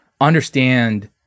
understand